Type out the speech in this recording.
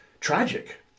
tragic